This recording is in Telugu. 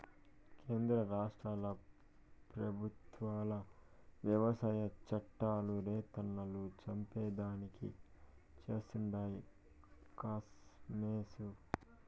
కేంద్ర రాష్ట్ర పెబుత్వాలు వ్యవసాయ చట్టాలు రైతన్నలను చంపేదానికి చేస్తండాయి కామోసు